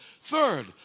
Third